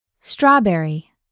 Strawberry